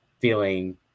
feeling